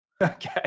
Okay